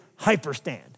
hyperstand